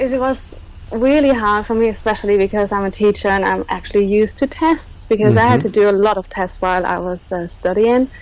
it was really hard for me especially because i'm a teacher and i'm actually used to tests because i had to do a lot of tests while i was and studying